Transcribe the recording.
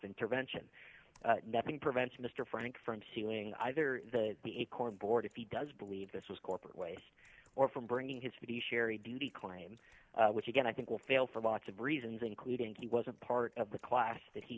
intervention nothing prevents mr frank from suing either the acorn board if he does believe this was corporate ways or from bringing his to the sherry do the climb which again i think will fail for lots of reasons including he wasn't part of the class that he